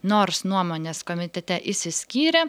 nors nuomonės komitete išsiskyrė